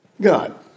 God